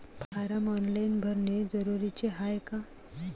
Form online भरने जरुरीचे हाय का?